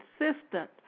consistent